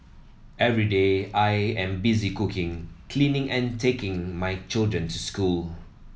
every day I am busy cooking cleaning and taking my children to school